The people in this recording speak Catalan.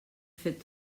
fet